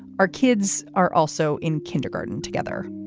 our kids are also in kindergarten together